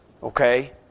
Okay